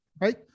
right